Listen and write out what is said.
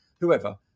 whoever